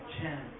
chance